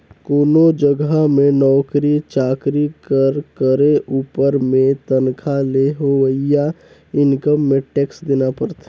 कोनो जगहा में नउकरी चाकरी कर करे उपर में तनखा ले होवइया इनकम में टेक्स देना परथे